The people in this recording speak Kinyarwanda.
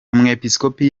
umwepiskopi